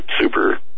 super